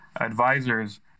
advisors